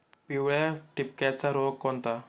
पिवळ्या ठिपक्याचा रोग कोणता?